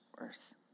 worse